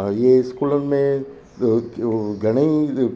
ऐं इहे स्कूलनि में ॿियो उहो घणेई